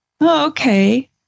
Okay